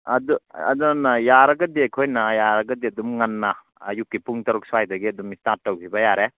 ꯑꯗꯨꯅ ꯌꯥꯔꯒꯗꯤ ꯑꯩꯈꯣꯏꯅ ꯌꯥꯔꯒꯗꯤ ꯑꯗꯨꯝ ꯉꯟꯅ ꯑꯌꯨꯛꯀꯤ ꯄꯨꯡ ꯇꯔꯨꯛ ꯁ꯭ꯋꯥꯏꯗꯒꯤ ꯑꯗꯨꯝ ꯏꯁꯇꯥꯔꯠ ꯇꯧꯈꯤꯕ ꯌꯥꯔꯦ